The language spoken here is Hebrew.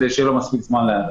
כדי שיהיה לו מספיק זמן להיערך.